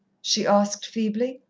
she asked feebly.